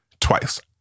twice